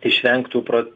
išvengt tų pro